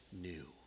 new